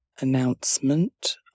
announcement